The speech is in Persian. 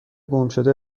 گمشده